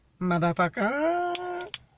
Motherfucker